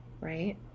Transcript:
Right